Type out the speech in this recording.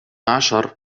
عشر